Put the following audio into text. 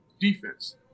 defense